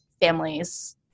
families